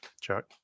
Chuck